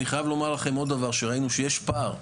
אני חייב לומר לכם עוד דבר שראינו שיש פער,